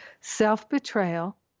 self-betrayal